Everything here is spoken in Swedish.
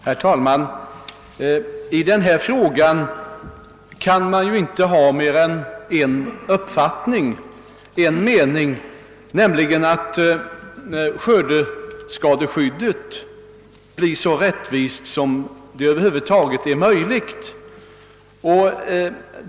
Herr talman! I denna fråga kan man inte ha mer än en uppfattning, nämligen den att skördeskadeskyddet bör fungera så rättvist som över huvud taget är möjligt.